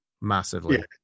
massively